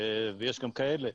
ויש גם כאלה,